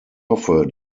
hoffe